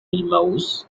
الموز